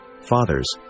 Fathers